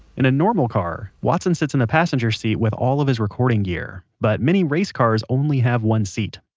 in a normal car, watson sits in the passenger seat with all of his recording gear. but many race cars only have one seat.